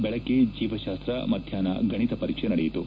ಬೆಳಗ್ಗೆ ಜೀವತಾಸ್ತ ಮಧ್ಯಾಪ್ನ ಗಣಿತ ಪರೀಕ್ಷೆ ನಡೆಯಿತು